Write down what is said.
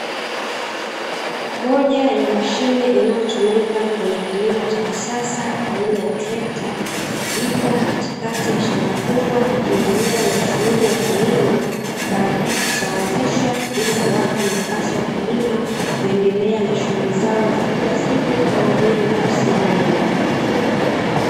Moja ya mahine inayotumika kwenye kilimo cha kisasa aina ya trekta ipo katikati ya shamba kubwa, ikiendelea na shughuli ya kulima baadae kusawazisha ili kuwapa nafasi wakulima, kuendelea na shughuli zao za kila siku kama vile kusia mbegu.